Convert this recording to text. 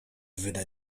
wyda